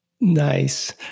Nice